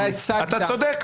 אתה צודק.